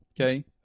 okay